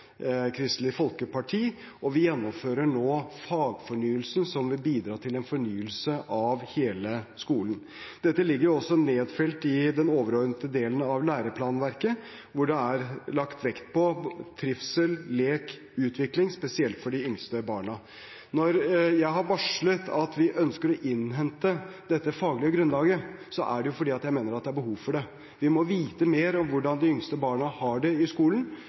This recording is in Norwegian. Kristelig Folkeparti, og vi gjennomfører nå fagfornyelsen, som vil bidra til en fornyelse av hele skolen. Dette ligger også nedfelt i den overordnede delen av læreplanverket, hvor det er lagt vekt på trivsel, lek og utvikling – spesielt for de yngste barna. Når jeg har varslet at vi ønsker å innhente dette faglige grunnlaget, er det fordi jeg mener det er behov for det. Vi må vite mer om hvordan de yngste barna har det i skolen,